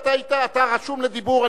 אתה רשום לדיבור,